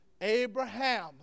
Abraham